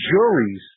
juries